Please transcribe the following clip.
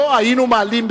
לא היינו מעלים,